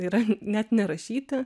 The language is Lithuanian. yra net nerašyti